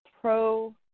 pro